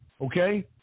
okay